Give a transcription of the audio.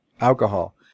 alcohol